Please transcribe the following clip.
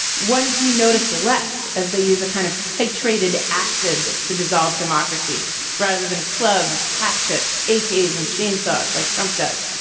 once you notice less as they use a kind of titrated acid to dissolve democracy rather than clubs, hatchets, acres and chainsaws like trump does,